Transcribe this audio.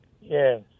Yes